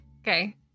Okay